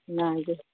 ᱚᱱᱟᱜᱮ